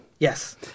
Yes